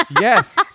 Yes